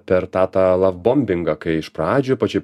per tą tą lavbombingą kai iš pradžių pačioj